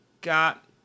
got